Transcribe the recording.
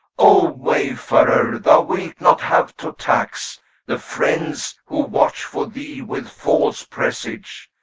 o wayfarer, thou wilt not have to tax the friends who watch for thee with false presage,